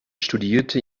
studierte